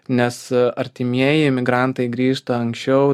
nes artimieji migrantai grįžta anksčiau